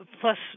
plus